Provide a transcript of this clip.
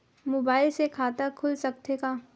Mobile से खाता खुल सकथे का?